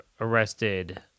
arrested